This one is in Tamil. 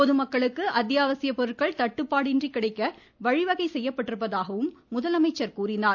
பொதுமக்களுக்கு அத்தியாவசிய பொருட்கள் தட்டுப்பாடின்றி கிடைக்க வழிவகை செய்யப்பட்டுள்ளதாகவும் முதலமைச்சர் கூறினார்